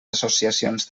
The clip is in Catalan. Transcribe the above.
associacions